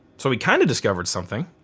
so we kind of discovered something.